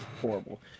Horrible